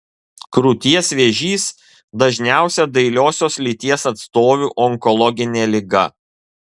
krūties vėžys dažniausia dailiosios lyties atstovių onkologinė liga